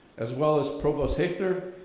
as well as provost heafner,